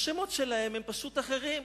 השמות שלהם הם פשוט אחרים.